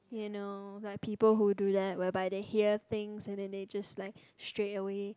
you know like people who do that whereby they hear things and then they just like straightaway